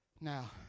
Now